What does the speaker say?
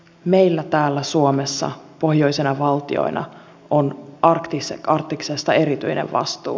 meillä täällä suomessa pohjoisena valtiona on arktiksesta erityinen vastuu